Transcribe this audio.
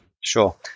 Sure